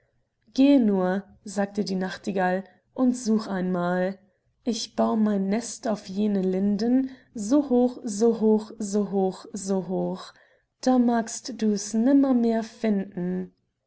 geh nur sagte die nachtigall und such einmal ich bau mein nest auf jene linden so hoch so hoch so hoch so hoch da magst dus nimmermehr finden